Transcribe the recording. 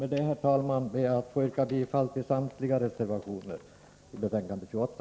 Med detta ber jag att få yrka bifall till samtliga reservationer i skatteutskottets betänkande 28.